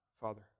Father